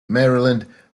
maryland